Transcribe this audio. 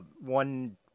one